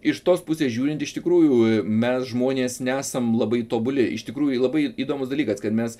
iš tos pusės žiūrint iš tikrųjų mes žmonės nesam labai tobuli iš tikrųjų labai įdomus dalykas kad mes